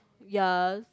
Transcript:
ya